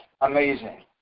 amazing